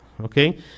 okay